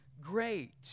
great